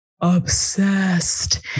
obsessed